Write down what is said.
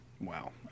Wow